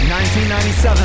1997